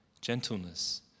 gentleness